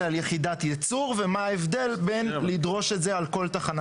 על יחידת ייצור לבין לדרוש את זה על כל תחנה.